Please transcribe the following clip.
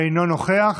אינו נוכח.